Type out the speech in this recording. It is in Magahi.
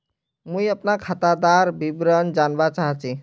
मुई अपना खातादार विवरण जानवा चाहची?